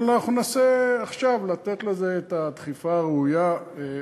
אבל אנחנו ננסה עכשיו לתת לזה את הדחיפה הראויה.